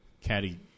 Caddy